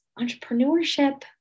entrepreneurship